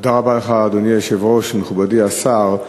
תודה רבה לך, אדוני היושב-ראש, מכובדי השר,